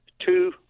two